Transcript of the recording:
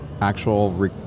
actual